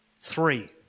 Three